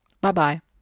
Bye-bye